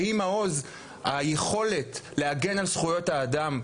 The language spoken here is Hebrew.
שהיא מעוז היכולת להגן על זכויות האדם,